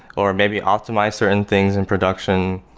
or maybe optimize certain things in production.